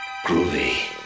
groovy